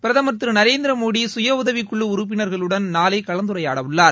பிரதமர் திரு நரேந்திரமோடி சுயஉதவிக்குழு உறுப்பினர்களுடன் நாளை கலந்துரையாடவுள்ளார்